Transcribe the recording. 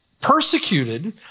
persecuted